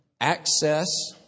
access